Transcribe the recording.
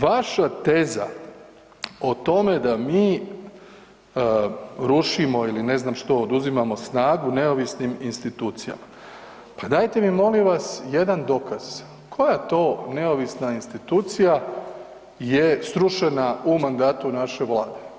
Vaša teza o tome da mi rušimo ili ne znam što oduzimamo snagu neovisnim institucijama, pa dajte mi molim vas jedan dokaz koja t neovisna institucija je srušena u mandatu naše Vlade.